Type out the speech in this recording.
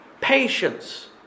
patience